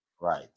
right